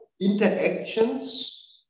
interactions